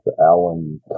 Alan